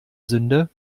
sünde